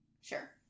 Sure